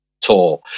tour